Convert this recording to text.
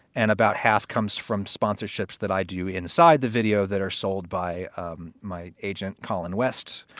and about half comes from sponsorships that i do inside the video that are sold by um my agent, colin west,